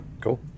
cool